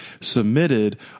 submitted